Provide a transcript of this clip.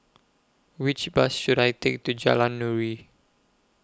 Which Bus should I Take to Jalan Nuri